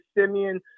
Simeon